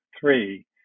three